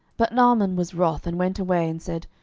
but naaman was wroth, and went away, and said,